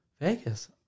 Vegas